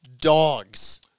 dogs